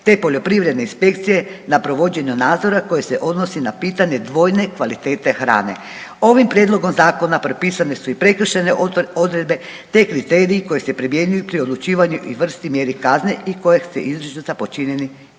te poljoprivredne inspekcije na provođenju nadzora koje se odnosi na pitanje dvojne kvalitete hrane. Ovim prijedlogom zakona propisane su i prekršajne odredbe, te kriteriji koji se primjenjuju pri odlučivanju i vrsti i mjeri kazne i kojeg su…/Govornik